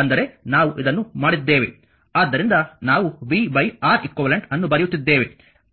ಆದ್ದರಿಂದ ನಾವು v R eq ಅನ್ನು ಬರೆಯುತ್ತಿದ್ದೇವೆ